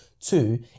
Two